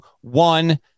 one